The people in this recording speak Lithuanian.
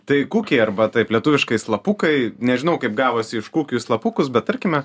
tai kukiai arba taip lietuviškai slapukai nežinau kaip gavosi iš kukių į slapukus bet tarkime